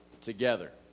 together